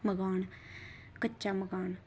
मकान कच्चा मकान